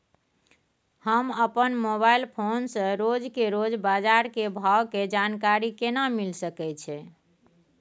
हम अपन mobile phone से रोज के रोज बाजार के भाव के जानकारी केना मिल सके छै?